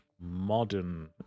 modern